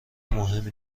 مهمی